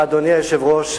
אדוני היושב-ראש,